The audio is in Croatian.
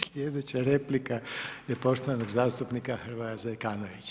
Sljedeća replika je poštovanog zastupnika Hrvoja Zekanovića.